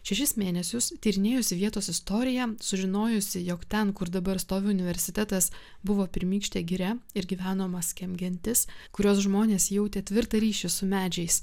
šešis mėnesius tyrinėjusi vietos istoriją sužinojusi jog ten kur dabar stovi universitetas buvo pirmykštė giria ir gyveno musqueam gentis kurios žmonės jautė tvirtą ryšį su medžiais